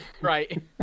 Right